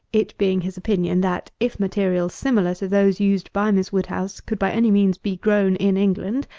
it being his opinion that, if materials similar to those used by miss woodhouse could by any means be grown in england,